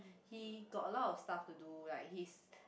he got a lot of stuff to do like his